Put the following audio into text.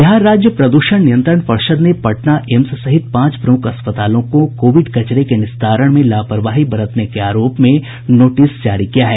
बिहार राज्य प्रदूषण नियंत्रण पर्षद ने पटना एम्स सहित पांच प्रमुख अस्पतालों को कोविड कचरे के निस्तारण में लापरवाही बरतने के आरोप में नोटिस जारी किया है